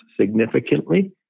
significantly